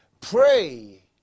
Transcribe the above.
pray